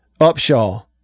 Upshaw